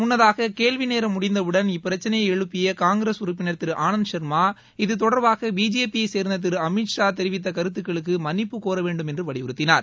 முன்னதாக கேள்வி நேரம் முடிந்தவுடள் இப்பிரச்சினையை எழுப்பிய காங்கிரஸ் உறுப்பினர் திரு அனந்த் சர்மா இதுதொடர்பாக பிஜேபியைச் சேர்ந்த திரு அமித்ஷா தெரிவித்த கருத்துகளுக்கு மன்னிப்பு கோர வேண்டும் என்று வலியுறுத்தினார்